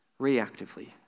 reactively